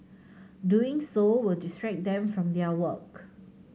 doing so will distract them from their work